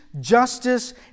justice